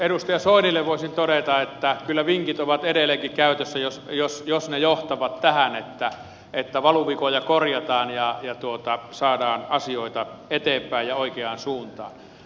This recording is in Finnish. edustaja soinille voisin todeta että kyllä vinkit ovat edelleenkin käytössä jos ne johtavat tähän että valuvikoja korjataan ja saadaan asioita eteenpäin ja oikeaan suuntaan